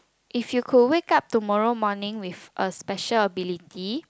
if you could wake up tomorrow morning with a special ability